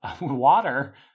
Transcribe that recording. water